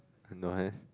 no have